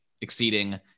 exceeding